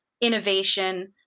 innovation